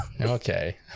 Okay